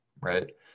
right